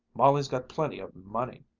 molly's got plenty of money,